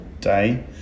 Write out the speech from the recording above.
day